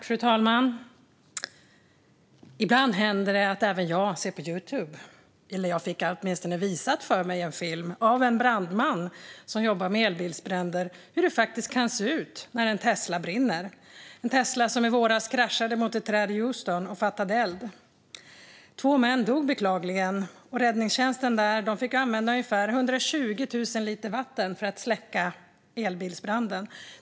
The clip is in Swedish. Fru talman! Ibland händer det att även jag ser på Youtube. Jag fick åtminstone en film visad för mig av en brandman som jobbar med elbilsbränder. Filmen visade hur det kan se ut när en Tesla brinner. Det var en Tesla som i våras kraschade mot ett träd i Houston och fattade eld. Två män dog, beklagligen, och räddningstjänsten fick använda ungefär 120 000 liter vatten för att släcka elbilsbranden.